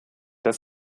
das